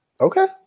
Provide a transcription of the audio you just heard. Okay